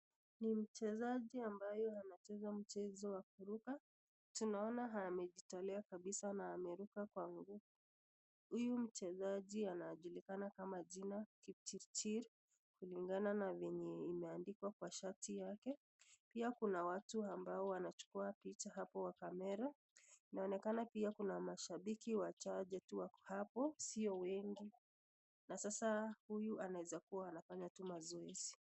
Ni mchezaje ambaye anacheza mchezo wa kuruka. Tunaona amejitolea kabisa na ameruka kwa nguvu. Huyu mchezaji anajulikana kama jina Kipchirchir kulingana na venye imeandikwa kwa shati yake. Pia kuna watu ambao wanachukua picha hapo wa camera . Inaonekana pia kuna mashabiki wachache tu hapo sio wengi. Na sasa huyu anaeza kuwa anafanya tu mazoezi.